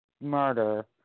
murder